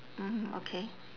mm okay